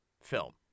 film